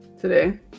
today